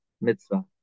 mitzvah